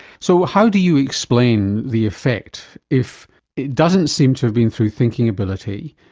so how do you explain the effect if it doesn't seem to have been through thinking ability?